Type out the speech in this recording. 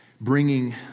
bringing